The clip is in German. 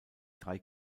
drei